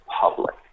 public